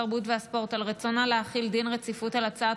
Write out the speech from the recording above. התרבות והספורט על רצונה להחיל דין רציפות על הצעת